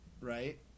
right